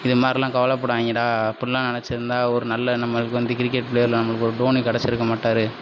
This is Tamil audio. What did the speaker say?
இது மாதிரிலாம் கவலைப்படாதீங்கடா அப்டில்லாம் நெனைச்சிருந்தா ஒரு நல்ல நம்மளுக்கு வந்து கிரிக்கெட் பிளேயரில் நம்மளுக்கு ஒரு டோனி கெடைச்சிருக்க மாட்டார்